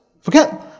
forget